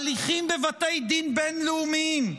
הליכים בבתי דין בין-לאומיים,